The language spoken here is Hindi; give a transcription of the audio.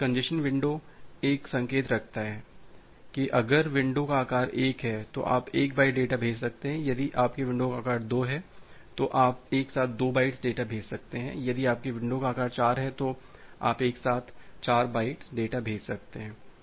तो इस कंजेशन विंडो एक संकेत रखता है कि अगर आपके विंडो का आकार 1 है तो आप 1 बाइट डेटा भेज सकते हैं यदि आपकी विंडो का आकार 2 है तो आप एक साथ 2 बाइट्स डेटा भेज सकते हैं यदि आपकी विंडो का आकार 4 है तो आप एक साथ 4 बाइट डेटा भेज सकते हैं